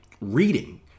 reading